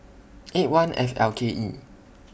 eight one F L K E